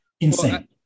Insane